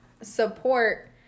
support